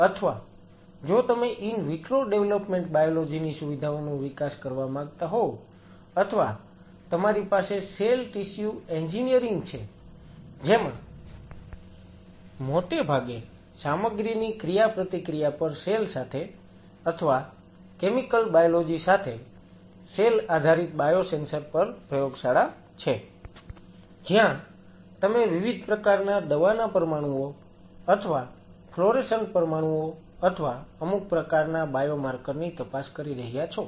અથવા જો તમે ઈન વિટ્રો ડેવલપમેન્ટ બાયોલોજી ની સુવિધાઓનો વિકાસ કરવા માંગતા હો અથવા તમારી પાસે સેલ ટિશ્યુ એન્જિનિયરિંગ છે જેમાં મોટે ભાગે સામગ્રીની ક્રિયાપ્રતિક્રિયા પર સેલ સાથે અથવા કેમિકલ બાયોલોજી સાથે સેલ આધારિત બાયોસેન્સર પર પ્રયોગશાળા છે જ્યાં તમે વિવિધ પ્રકારના દવાના પરમાણુઓ અથવા ફ્લોરેસન્ટ પરમાણુઓ અથવા અમુક પ્રકારના બાયોમાર્કર ની તપાસ કરી રહ્યા છો